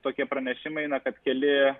tokie pranešimai na kad keli